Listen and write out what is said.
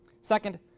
Second